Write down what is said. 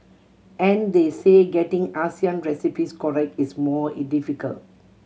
and they say getting Asian recipes correct is more difficult